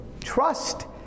Trust